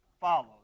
follows